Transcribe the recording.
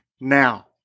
now